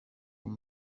uwo